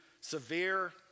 severe